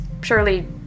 surely